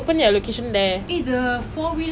same now also I keep asking my mother she say cannot